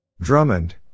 Drummond